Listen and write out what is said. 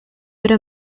pero